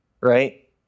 right